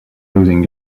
losing